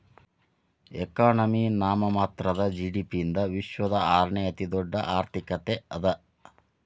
economy ನಾಮಮಾತ್ರದ GDP ಯಿಂದ ವಿಶ್ವದ ಆರನೇ ಅತಿದೊಡ್ಡ್ ಆರ್ಥಿಕತೆ ಅದ